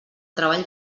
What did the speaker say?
treball